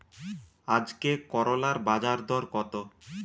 আজকে করলার বাজারদর কত?